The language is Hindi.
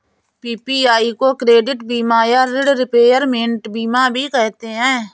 पी.पी.आई को क्रेडिट बीमा या ॠण रिपेयरमेंट बीमा भी कहते हैं